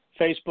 Facebook